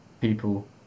people